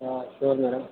ఆ sure madam